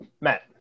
Matt